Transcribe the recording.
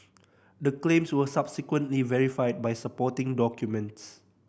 the claims were subsequently verified by supporting documents